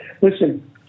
listen